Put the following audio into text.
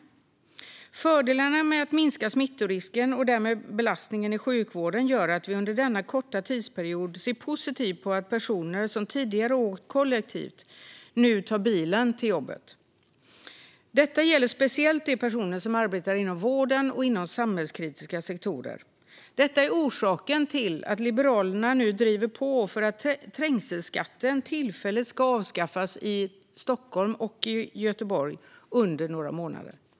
Fördelarna med att minska smittorisken och därmed belastningen i sjukvården gör att vi under denna korta tidsperiod ser positivt på att personer som tidigare åkte kollektivt nu tar bilen till jobbet. Detta gäller speciellt de personer som arbetar inom vården och samhällskritiska sektorer. Detta är orsaken till att Liberalerna nu driver på för att trängselskatten tillfälligt ska avskaffas i Stockholm och Göteborg under några månader.